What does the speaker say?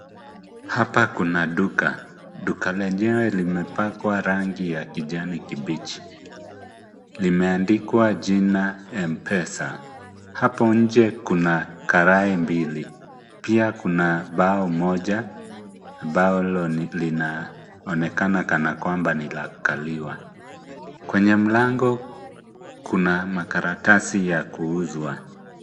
Hapa kuna duka. Duka lenyewe limepakwa rangi ya kijani kibichi. Limeandikwa jina M-Pesa. Hapo nje kuna karai mbili. Pia kuna bao moja na bao hilo linaonekana kana kwamba ni la kukaliwa. Kwenye mlango, kuna makaratasi ya kuuzwa.